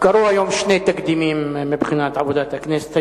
קרו היום שני תקדימים מבחינת עבודת הכנסת.